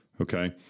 okay